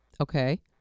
Okay